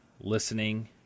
listening